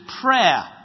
prayer